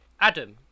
Adam